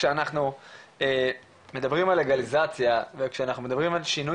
כשאנחנו מדברים על לגליזציה וכשאנחנו מדברים על שינוי